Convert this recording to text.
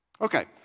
Okay